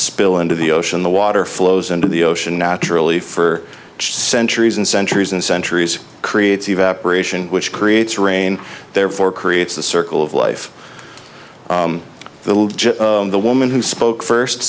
spill into the ocean the water flows into the ocean naturally for centuries and centuries and centuries creates evaporation which creates rain therefore creates the circle of life the the woman who spoke first